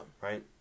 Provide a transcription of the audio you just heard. Right